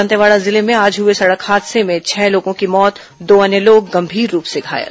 दंतेवाड़ा जिले में आज हुए सड़क हादसे में छह लोगों की मौत दो अन्य लोग गंभीर रूप से घायल